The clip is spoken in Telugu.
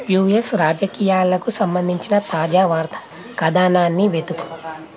యుఎస్ రాజకీయాలకు సంబంధించిన తాజా వార్తా కథనాన్ని వెతుకు